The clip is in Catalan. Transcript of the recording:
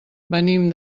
venim